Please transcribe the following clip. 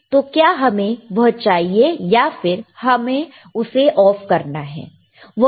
तो क्या हमें वह चाहिए या फिर हमें उसे ऑफ करना है